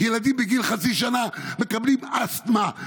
ילדים בגיל חצי שנה מקבלים אסתמה,